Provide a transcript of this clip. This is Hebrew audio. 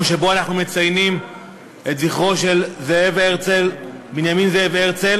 היום שבו אנחנו מציינים את זכרו של בנימין זאב הרצל,